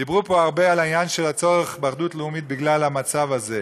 דיברו פה הרבה על העניין של הצורך באחדות לאומית בגלל המצב הזה.